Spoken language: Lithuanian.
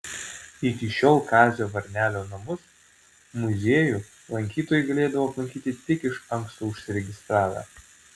iki šiol kazio varnelio namus muziejų lankytojai galėdavo aplankyti tik iš anksto užsiregistravę